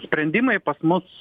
sprendimai pas mus